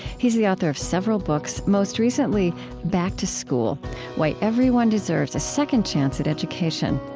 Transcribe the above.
he's the author of several books, most recently back to school why everyone deserves a second chance at education.